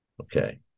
okay